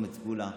בצומת סגולה.